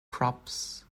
crops